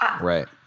right